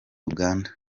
uganda